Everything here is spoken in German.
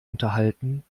unterhalten